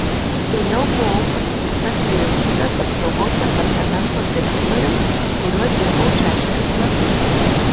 vėliau buvau paskirtas vyriausybės apsaugos departamento direktoriumi kuriuo dirbau šešerius metus